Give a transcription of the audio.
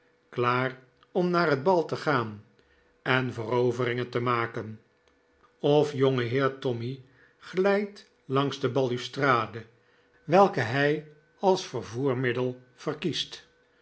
klaar om naar het baltegaan en veroveringen te maken of jongeheer tommy glijdt langs de ballustrade welke hij als vervoermiddel verkiest